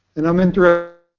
and i'm entering